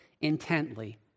intently